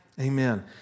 Amen